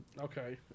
Okay